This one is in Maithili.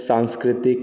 सांस्कृतिक